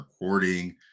recording